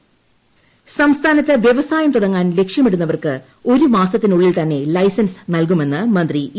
ജയരാജൻ സഭ സംസ്ഥാനത്ത് വ്യവസായം തുടങ്ങാൻ ലക്ഷ്യമിടുന്നവർക്ക് ഒരു മാസത്തിനുള്ളിൽ തന്നെ ലൈസൻസ് നൽകുമെന്ന് മന്ത്രി ഇ